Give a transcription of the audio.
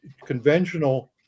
conventional